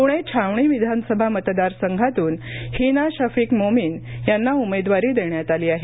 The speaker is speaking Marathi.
पुणे छावणी विधानसभा मतदार संघातून हिना शफीक मोमीन यांना उमेदवारी देण्यात आली आहे